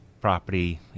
property